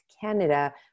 Canada